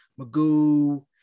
Magoo